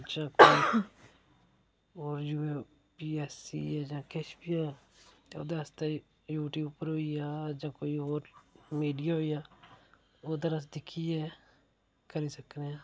जां कोई और जो ओह् कोई पीएसई जां किश बी होऐ ते ओहदे आस्ते यूटयूब होई गया जां कोई और मिडिया होई गया ओहदे र अस दिक्खिये करी सकने हा